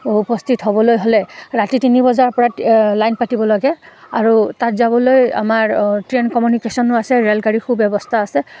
উপস্থিত হ'বলৈ হ'লে ৰাতি তিনি বজাৰ পৰা লাইন পাতিব লাগে আৰু তাত যাবলৈ আমাৰ ট্ৰেইন কমিউনিকেশ্যনো আছে ৰে'ল গাড়ীৰ সু ব্যৱস্থা আছে